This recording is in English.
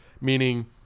meaning